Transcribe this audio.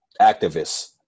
activists